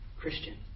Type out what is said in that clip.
Christian